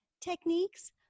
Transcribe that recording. techniques